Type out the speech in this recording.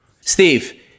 Steve